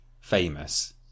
famous